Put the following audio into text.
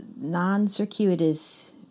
Non-circuitous